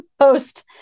Post